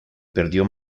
perdió